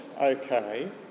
okay